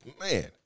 Man